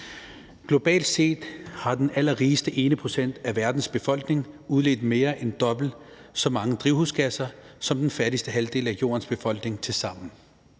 Globalt set har den rigeste 1 pct. af verdens befolkning udledt mere en dobbelt så mange drivhusgasser som den fattigste halvdel af Jordens befolkning tilsammen